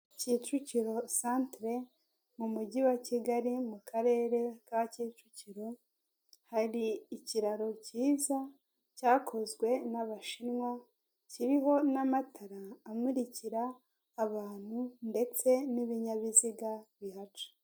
Kicukiro santere, mu mujyi wa Kigali, mu karere ka Kicukiro. Hari ikiraro cyiza cyakozwe n'abashinwa, kiriho n'amatara amurikira abantu ndetse n'ibinyabiziga bihaca.